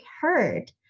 heard